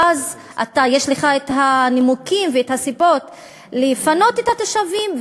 ואז יש לך הנימוקים והסיבות לפנות את התושבים,